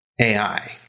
AI